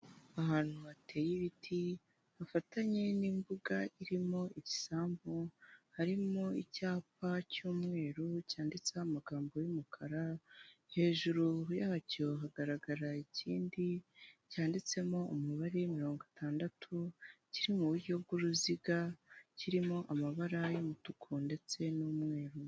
Ahantu hateye ibiti bifatanye n'imbuga irimo igisambu harimo icyapa cy'umweru cyanditseho amagambo y'umukara, hejuru yacyo hagaragara ikindi cyanditsemo umubare 60, kiri mu buryo bw'uruziga, kirimo amabara y'umutuku ndetse n'umweru.